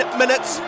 minutes